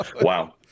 Wow